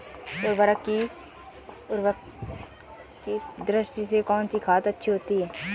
उर्वरकता की दृष्टि से कौनसी खाद अच्छी होती है?